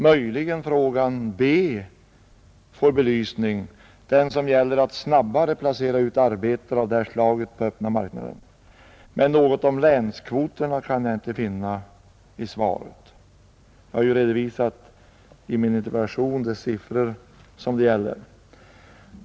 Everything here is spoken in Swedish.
Möjligen frågan b) får belysning — den som gäller snabbare utplacering av arbetare av det här slaget på öppna marknaden. Men något om länskvoterna kan jag inte finna i svaret. Jag har ju i min interpellation redovisat de siffror som det gäller.